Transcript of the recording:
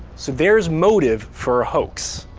so there's motive for a hoax.